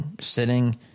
sitting